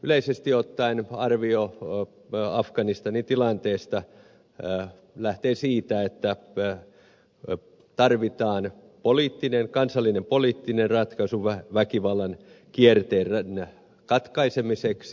yleisesti ottaen arvio afganistanin tilanteesta lähtee siitä että tarvitaan kansallinen poliittinen ratkaisu väkivallan kierteen katkaisemiseksi